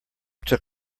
took